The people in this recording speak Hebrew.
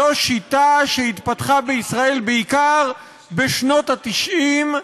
זו שיטה שהתפתחה בישראל בעיקר בשנות ה-90,